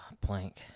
blank